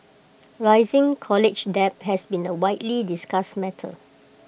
rising college debt has been A widely discussed matter